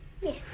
Yes